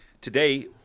Today